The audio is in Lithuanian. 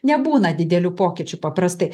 nebūna didelių pokyčių paprastai